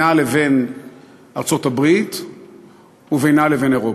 מאוד בינה לבין ארצות-הברית ובינה לבין אירופה.